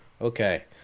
Okay